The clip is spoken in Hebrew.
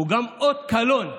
הוא גם אות קלון,